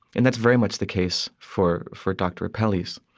and that's very much the case for for dr. apelles.